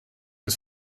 des